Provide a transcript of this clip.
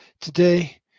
today